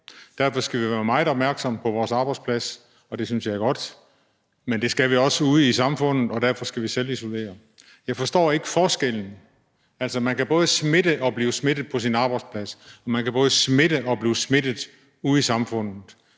Derfor skal vi være meget opmærksomme på vores arbejdsplads, og det synes jeg er godt. Men det skal vi også være ude i samfundet, og derfor skal vi selvisolere. Jeg forstår ikke forskellen. Altså man kan både smitte og blive smittet på sin arbejdsplads, og man kan både smitte og blive smittet ude i samfundet.